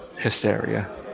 hysteria